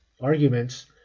arguments